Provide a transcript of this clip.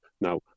Now